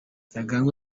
ntaganda